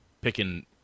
picking